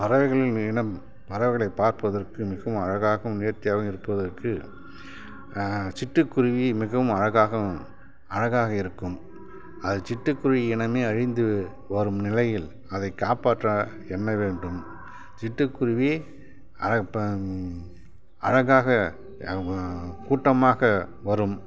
பறவைகளின் இனம் பறவைகளைப் பார்ப்பதற்கு மிகவும் அழகாகவும் நேர்த்தியாகவும் இருப்பதற்கு சிட்டுக்குருவி மிகவும் அழகாகவும் அழகாக இருக்கும் அது சிட்டுக்குருவி இனமே அழிந்து போகும் நிலையில் அதைக் காப்பாற்ற எண்ண வேண்டும் சிட்டுக்குருவி அழகாக கூட்டமாக வரும்